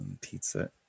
pizza